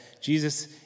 Jesus